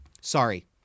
Sorry